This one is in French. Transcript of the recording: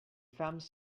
femmes